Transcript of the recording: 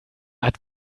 hat